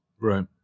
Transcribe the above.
Right